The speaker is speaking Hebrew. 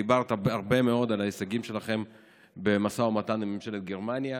דיברת הרבה מאוד על ההישגים שלכם במשא ומתן עם ממשלת גרמניה,